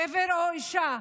גבר או אישה,